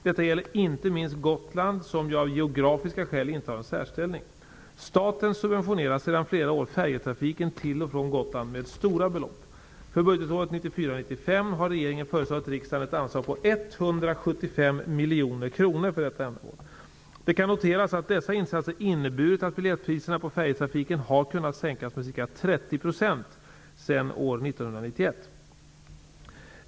Detta gäller inte minst Gotland, som ju av geografiska skäl intar en särställning. Staten subventionerar sedan flera år färjetrafiken till och från Gotland med stora belopp. För budgetåret 1994/95 har regeringen föreslagit riksdagen ett anslag på 175 miljoner kronor för detta ändamål. Det kan noteras att dessa insatser inneburit att biljettpriserna på färjetrafiken har kunnat sänkas med ca 30 % sedan år 1991.